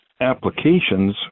applications